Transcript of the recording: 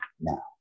Now